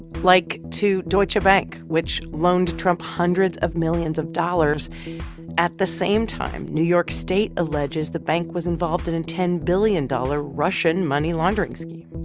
like to deutsche bank, which loaned trump hundreds of millions of dollars at the same time new york state alleges the bank was involved in a and ten billion dollars russian money-laundering scheme.